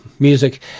Music